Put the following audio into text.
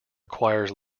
requires